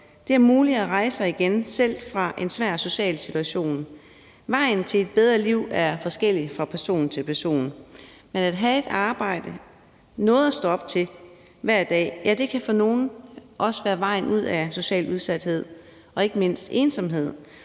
Det er muligt at rejse sig igen, selv fra en svær social situation. Vejen til et bedre liv er forskellig fra person til person, men at have et arbejde og noget at stå op til hver dag kan for nogle også være vejen ud af social udsathed og ikke mindst ensomhed,